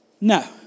No